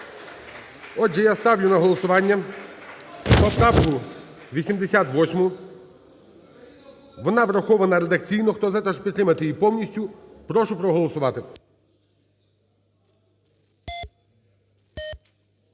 Отже, я ставлю на голосування поправку 88, вона врахована редакційно. Хто за те, щоб підтримати її повністю, прошу проголосувати.